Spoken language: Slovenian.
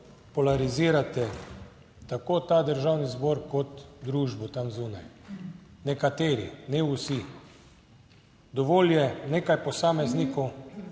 polarizirate tako ta Državni zbor kot družbo tam zunaj - nekateri, ne vsi. Dovolj je nekaj posameznikov,